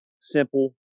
simple